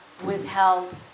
withheld